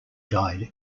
died